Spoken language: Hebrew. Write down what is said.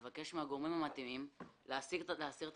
לבקש מן הגורמים המתאימים להסיר את